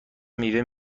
میوه